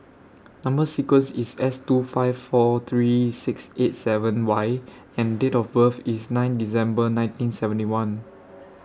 Number sequence IS S two five four three six eight seven Y and Date of birth IS nine December nineteen seventy one